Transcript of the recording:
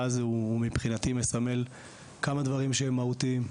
הזה הוא מבחינתי מסמל כמה דברים שהם מהותיים.